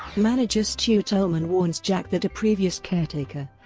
manager stuart ullman warns jack that a previous caretaker,